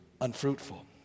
unfruitful